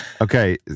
Okay